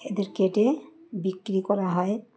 এদের কেটে বিক্রি করা হয়